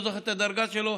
אני לא זוכר את הדרגה שלו,